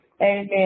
Amen